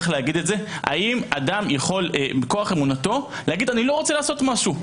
האם אדם יכול מכוח אמונתו לומר: אני לא רוצה לעשות משהו.